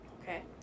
Okay